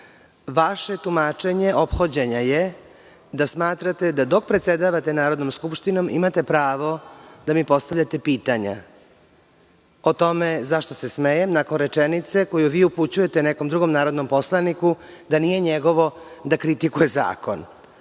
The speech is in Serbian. tumačenje ophođenja je da smatrate da dok predsedavate Narodnom skupštinom imate pravo da mi postavljate pitanja o tome zašto se smejem, nakon rečenice koju vi upućujete nekom drugom narodnom poslaniku da nije njegovo da kritikuje zakon.